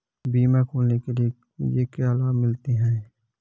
बीमा खोलने के लिए मुझे क्या लाभ मिलते हैं?